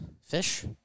fish